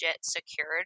secured